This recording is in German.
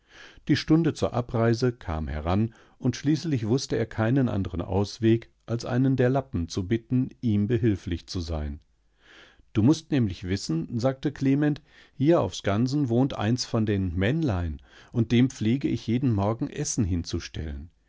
die stunde zur abreise kam heran und schließlich wußte er keinen anderen ausweg als einen der lappen zu bitten ihm behilflich zu sein du mußt nämlich wissen sagte klement hier auf skanien wohnt eins von den männlein unddempflegeichjedenmorgenessenhinzustellen hierhastdu